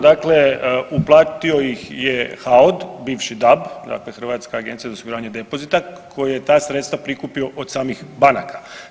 Dakle, uplatio ih je HAOD, bivši DAB dakle Hrvatska agencija za osiguranje depozita koji je ta sredstva prikupio od samih banaka.